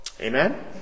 Amen